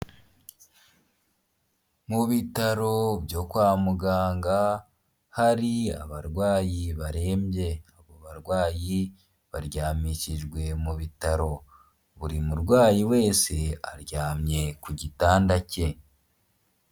Mu bitaro byo kwa muganga, hari abarwayi barembye. Abarwayi baryamishijwe mu bitaro. Buri murwayi wese aryamye ku gitanda cye.